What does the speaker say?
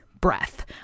breath